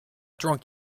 drunk